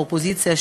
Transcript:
האופוזיציה,